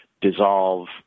dissolve